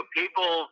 people